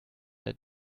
der